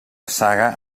saga